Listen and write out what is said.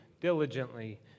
diligently